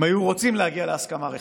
אם היו רוצים להגיע להסכמה רחבה,